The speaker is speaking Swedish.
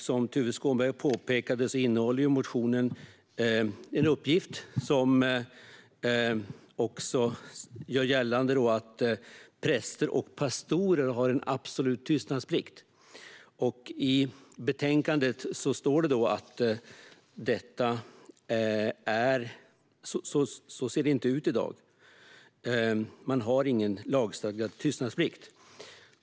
Som Tuve Skånberg påpekade innehåller motionen en uppgift som gör gällande att präster och pastorer har en absolut tystnadsplikt. I betänkandet står det att det inte ser så ut i dag. De har ingen lagstadgad tystnadsplikt.